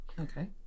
okay